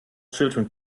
children